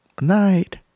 Night